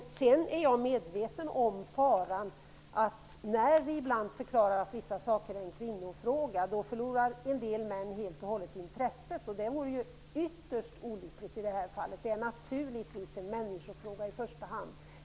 Jag är medveten om faran i att en del män helt och hållet förlorar intresset när vi förklarar att något är en kvinnofråga. Det vore ju ytterst olyckligt i det här fallet. Detta är naturligtvis i första hand en människofråga.